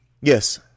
Yes